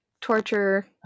torture